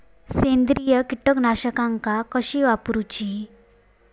सेंद्रिय कीटकनाशका किती वापरूची?